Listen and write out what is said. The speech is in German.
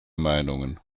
meinungen